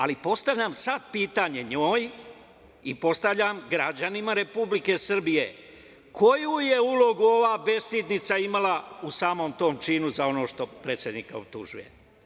Ali, postavljam sad pitanje njoj i postavljam građanima Republike Srbije – koju je ulogu ova bestidnica imala u samom tom činu za ono što predsednika optužuje?